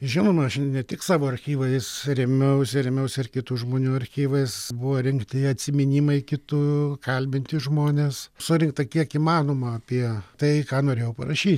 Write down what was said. žinoma aš ne tik savo archyvais rėmiausi rėmiausi ir kitų žmonių archyvais buvo rinkti atsiminimai kitų kalbinti žmonės surinkta kiek įmanoma apie tai ką norėjau parašy